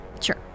sure